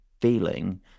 feeling